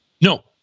no